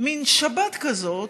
מין שבת כזאת